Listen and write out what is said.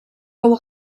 коло